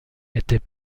était